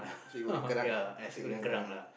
nasi-goreng-kerang ah nasi-goreng-kerang ah